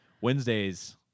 Wednesdays